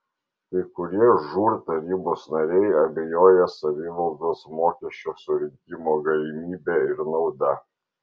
kai kurie žūr tarybos nariai abejoja savivaldos mokesčio surinkimo galimybe ir nauda